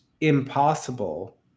impossible